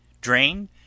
drain